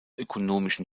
ökonomischen